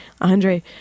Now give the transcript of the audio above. Andre